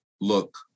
look